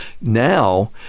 Now